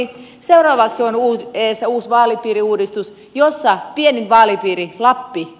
seuraavaksi on edessä uusi vaalipiiriuudistus jossa pienin vaalipiiri on lappi